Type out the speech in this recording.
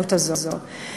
ההזדמנות הזאת הרבה פחות.